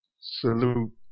Salute